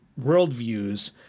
worldviews